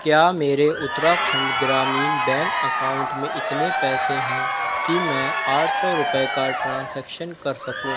کیا میرے Uttarakhand Gramin bank account میں اتنے پیسے ہیں کہ میں آٹھ سو روپئے کا ٹرانزیکشن کر سکوں